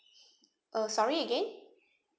uh sorry again